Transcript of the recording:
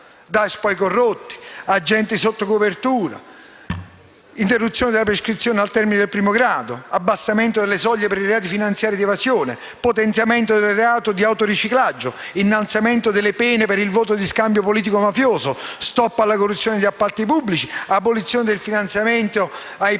per i corrotti, gli agenti sotto copertura, l'interruzione della prescrizione al termine del primo grado, l'abbassamento delle soglie per i reati finanziari di evasione, il potenziamento del reato di autoriciclaggio, l'innalzamento delle pene per il voto di scambio politico mafioso, lo *stop* alla corruzione negli appalti pubblici, l'abolizione del finanziamento ai partiti,